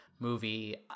movie